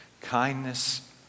Kindness